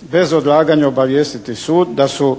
bez odlaganja obavijestiti sud da su